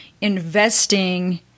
investing